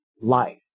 life